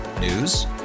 News